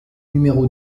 numéro